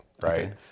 right